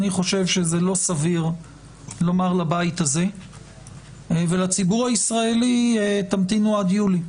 אני חושב שזה לא סביר לומר לבית הזה ולציבור הישראלי: תמתינו עד יולי.